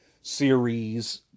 series